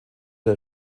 der